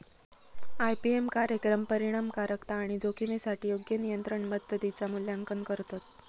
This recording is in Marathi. आई.पी.एम कार्यक्रम परिणामकारकता आणि जोखमीसाठी योग्य नियंत्रण पद्धतींचा मूल्यांकन करतत